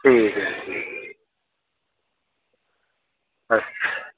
ठीक ऐ अच्छा